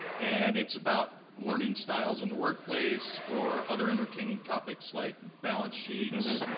and it's about learning styles in the workplace, or other entertaining topics like balance sheets